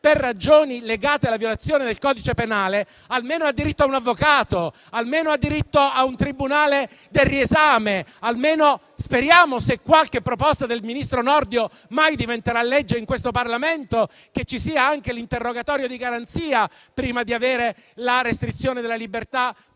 per ragioni legate alla violazione del codice penale, almeno ha diritto a un avvocato, a un tribunale del riesame. Se qualche proposta del ministro Nordio mai diventerà legge in questo Parlamento, speriamo che ci sia anche l'interrogatorio di garanzia prima della restrizione della libertà